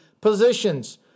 positions